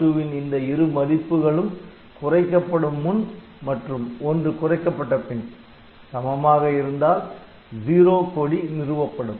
R2 வின் இந்த இரு மதிப்புகளும் குறைக்கப்படும் முன் மற்றும் '1' குறைக்கப்பட்ட பின் சமமாக இருந்தால் 'Zero' கொடி நிறுவப்படும்